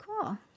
Cool